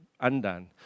undone